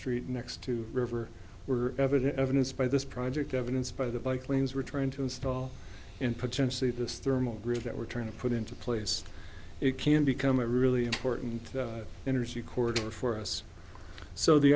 street next to river were evident evidence by this project evidence by the by claims we're trying to install in potentially this thermal group that we're trying to put into place it can become a really important energy corridor for us so the